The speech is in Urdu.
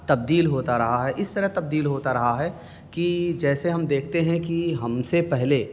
تبدیل ہوتا رہا ہے اس طرح تبدیل ہوتا رہا ہے کہ جیسے ہم دیکھتے ہیں کہ ہم سے پہلے